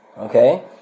okay